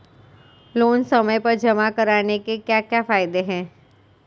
Loan समय पर जमा कराने के क्या फायदे हैं?